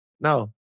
no